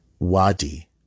Wadi